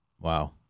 Wow